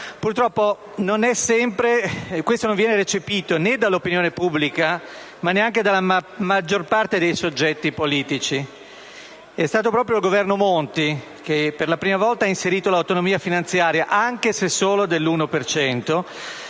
Purtroppo non sempre ciò viene percepito dall'opinione pubblica e dalla maggior parte dei soggetti politici. Proprio il Governo Monti ha per la prima volta inserito l'autonomia finanziaria, anche se solo dell'1